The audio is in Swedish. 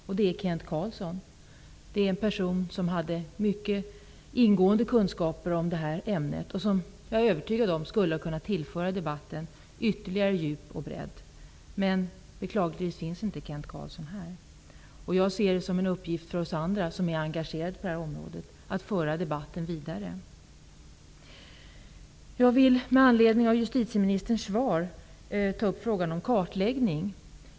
Jag avser då Kent Carlsson -- en person som hade mycket ingående kunskaper i det här ämnet och som, det är jag övertygad om, skulle ha kunnat tillföra debatten ytterligare djup och bredd. Beklagligtvis finns alltså Kent Carlsson inte här. Jag ser det som en uppgift för oss andra som är engagerade i frågor på det här området att föra debatten vidare. Med anledning av justitieministerns svar vill jag ta upp frågan om en kartläggning.